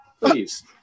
Please